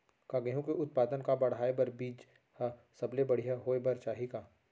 का गेहूँ के उत्पादन का बढ़ाये बर बीज ह सबले बढ़िया होय बर चाही का?